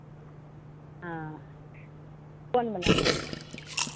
हँ कोनवला लेबै